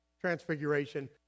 Transfiguration